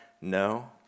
No